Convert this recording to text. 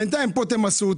בינתיים כאן תמסו,